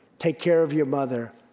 take care of your mother.